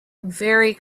very